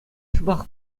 шӑпах